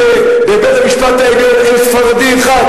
שבבית-המשפט העליון אין ספרדי אחד,